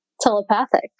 telepathic